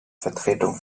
vertretung